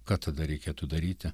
ką tada reikėtų daryti